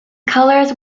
colors